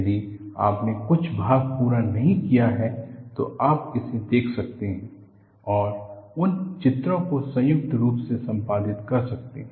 यदि आपने कुछ भाग पूरा नहीं किया है तो आप इसे देख सकते हैं और उन चित्रों को उपयुक्त रूप से संपादित कर सकते हैं